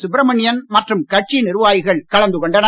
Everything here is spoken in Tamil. சுப்ரமணியன் மற்றும் கட்சி நிர்வாகிகள் கலந்து கொண்டனர்